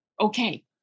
okay